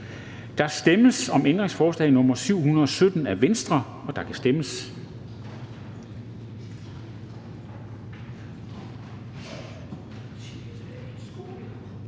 Der stemmes om ændringsforslag nr. 746 af V, og der kan stemmes.